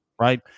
Right